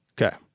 Okay